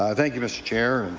thank you, mr. chair.